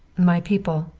my people,